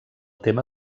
tema